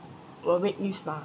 will make me smile